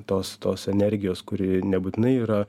tos tos energijos kuri nebūtinai yra